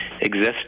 exist